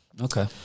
Okay